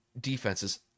defenses